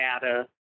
data